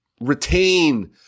retain